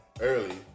early